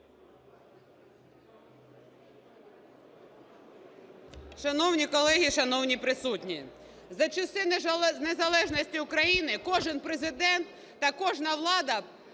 Шановні колеги, шановні присутні, за часи незалежності України кожен Президент та кожна влада